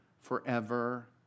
forever